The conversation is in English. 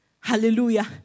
hallelujah